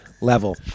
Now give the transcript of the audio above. level